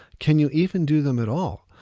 can you even do them at all?